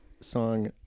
song